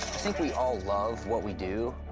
think we all love what we do,